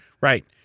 Right